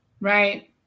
Right